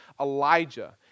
Elijah